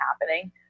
happening